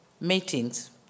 meetings